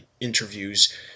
interviews